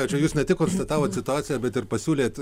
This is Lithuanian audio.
tačiau jūs ne tik konstatavot situaciją bet ir pasiūlėt